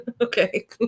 okay